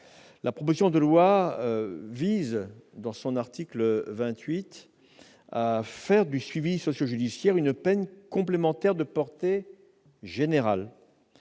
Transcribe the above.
la proposition de loi vise à faire du suivi socio-judiciaire une peine complémentaire de portée générale